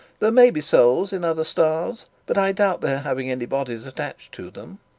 there may be souls in other stars, but i doubt their having any bodies attached to them.